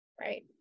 right